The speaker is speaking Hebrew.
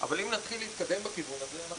אבל אם נתחיל להתקדם בכיוון הזה אנחנו